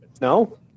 no